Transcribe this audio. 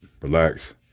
relax